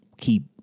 keep